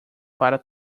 para